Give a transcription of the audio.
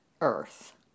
earth